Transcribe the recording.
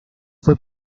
fue